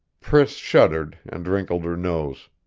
priss shuddered, and wrinkled her nose.